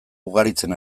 ugaritzen